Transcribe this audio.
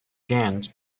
ghent